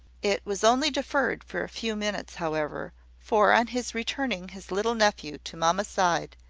it was only deferred for a few minutes, however for, on his returning his little nephew to mamma's side,